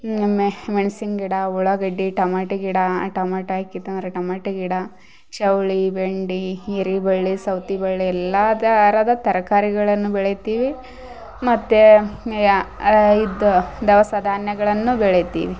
ಮೆ ಮೆಣ್ಸಿನ ಗಿಡ ಉಳ್ಳಾಗಡ್ಡಿ ಟೊಮೇಟ ಗಿಡ ಟೊಮೇಟ ಹಾಕಿತಂದ್ರ ಟೊಮೇಟ ಗಿಡ ಚೌಳಿ ಬೆಂಡಿ ಹೀರಿಬಳ್ಳಿ ಸೌತಿಬಳ್ಳಿ ಎಲ್ಲಾ ಥರದ ತರಕಾರಿಗಳನ್ನು ಬೆಳಿತೀವಿ ಮತ್ತು ಇದು ದವಸ ಧಾನ್ಯಗಳನ್ನು ಬೆಳಿತೀವಿ